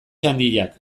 handiak